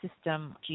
system